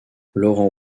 laurent